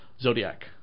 Zodiac